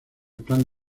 plan